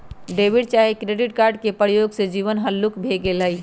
debit चाहे credit card के प्रयोग से जीवन हल्लुक भें गेल हइ